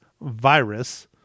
Virus